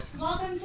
Welcome